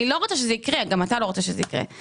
אני לא רוצה שזה יקרה, וגם אתה לא רוצה שזה יקרה.